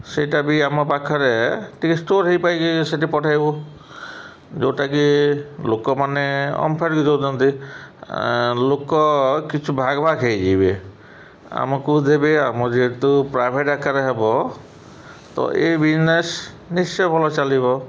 ସେଇଟା ବି ଆମ ପାଖରେ ଟିକିଏ ଷ୍ଟୋର୍ ହୋଇପାରିକି ସେଇଠି ପଠାଇବୁ ଯେଉଁଟାକି ଲୋକମାନେ ଓମ୍ଫେଡ଼୍ ଦେଉଛନ୍ତି ଲୋକ କିଛି ଭାଗ ଭାଗ ହୋଇଯିବେ ଆମକୁ ଦେବେ ଆମ ଯେହେତୁ ପ୍ରାଇଭେଟ୍ ଆକାରରେ ହେବ ତ ଏଇ ବିଜ୍ନେସ୍ ନିଶ୍ଚୟ ଭଲ ଚାଲିବ